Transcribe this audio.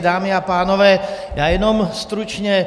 Dámy a pánové, já jenom stručně.